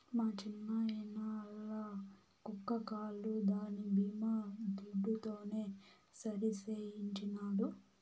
మా చిన్నాయిన ఆల్ల కుక్క కాలు దాని బీమా దుడ్డుతోనే సరిసేయించినాడు